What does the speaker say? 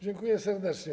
Dziękuję serdecznie.